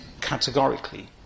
categorically